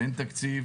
ואין תקציב